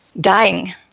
dying